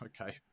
okay